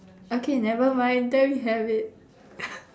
okay never mind there we have it